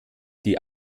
die